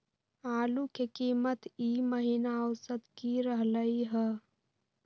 आलू के कीमत ई महिना औसत की रहलई ह?